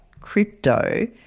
crypto